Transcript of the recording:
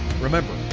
Remember